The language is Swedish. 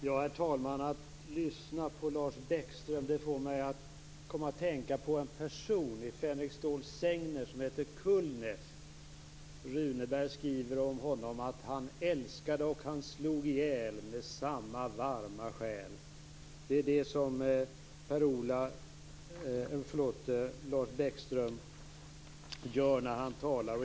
Herr talman! Att lyssna på Lars Bäckström får mig att tänka på en person i Fänrik Ståls sägner som heter Kulneff. Runeberg skriver att han älskade och han slog ihjäl med samma varma själ. Det är det som Lars Bäckström gör när han talar.